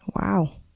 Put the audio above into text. Wow